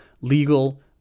legal